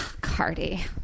Cardi